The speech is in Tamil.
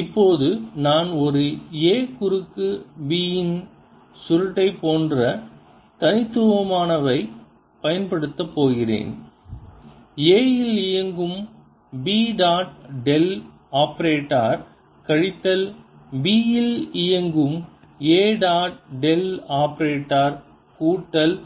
இப்போது நான் ஒரு A குறுக்கு B இன் சுருட்டை போன்ற தனித்துவமானவை பயன்படுத்தப் போகிறேன் A இல் இயங்கும் B டாட் டெல் ஆபரேட்டர் கழித்தல் B இல் இயங்கும் A டாட் டெல் ஆபரேட்டர் கூட்டல்